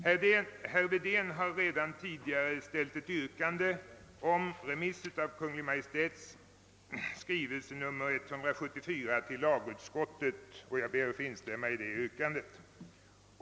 Herr Wedén har redan tidigare ställt ett yrkande om remiss av Kungl. Maj:ts skrivelse nr 174 till lagutskott, och jag ber att få instämma i detta yrkande.